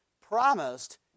promised